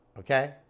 Okay